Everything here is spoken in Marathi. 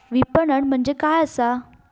विपणन म्हणजे काय असा?